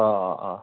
अह अह अह